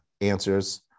answers